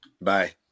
Bye